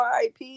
RIP